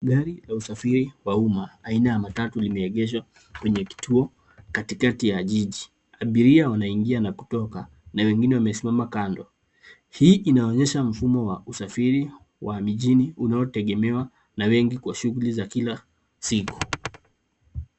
Gari la usafiri wa umma aina ya matatu limeegeshwa kwenye kituo katikati ya jiji. Abiria wanaingia na kutoka, na wengine wamesimama kando. Hii inaonyesha mfumo wa usafiri wa mijini unaotegemewa na wengi kwa shughuli za kila siku.